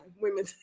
women